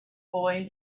boy